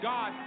God